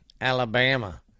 Alabama